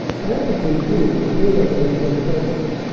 tactically, too, the third army had the best of it.